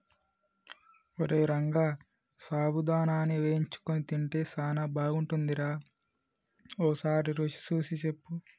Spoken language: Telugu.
ఓరై రంగ సాబుదానాని వేయించుకొని తింటే సానా బాగుంటుందిరా ఓసారి రుచి సూసి సెప్పు